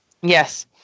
Yes